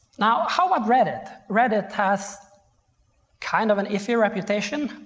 now how about reddit? reddit has kind of an iffy reputation,